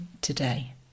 today